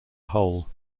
whole